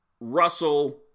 Russell